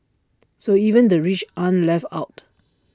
so even the rich aren't left out